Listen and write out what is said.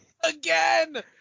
Again